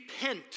Repent